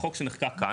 החוק שנחקק כאן,